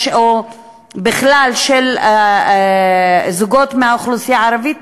או בכלל של זוגות באוכלוסייה הערבית,